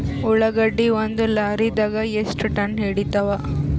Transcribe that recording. ಉಳ್ಳಾಗಡ್ಡಿ ಒಂದ ಲಾರಿದಾಗ ಎಷ್ಟ ಟನ್ ಹಿಡಿತ್ತಾವ?